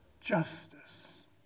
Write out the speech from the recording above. justice